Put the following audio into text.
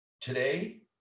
Today